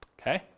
okay